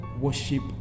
worship